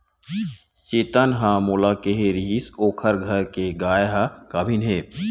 चेतन ह मोला केहे रिहिस ओखर घर के गाय ह गाभिन हे